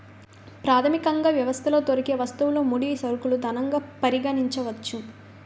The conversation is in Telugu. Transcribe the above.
ప్రాథమికంగా వ్యవస్థలో దొరికే వస్తువులు ముడి సరుకులు ధనంగా పరిగణించవచ్చు